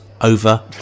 over